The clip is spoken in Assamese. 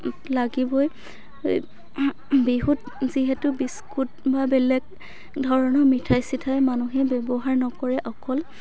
লাগিবই বিহুত যিহেতু বিস্কুট বা বেলেগ ধৰণৰ মিঠাই চিঠাই মানুহে ব্যৱহাৰ নকৰে অকল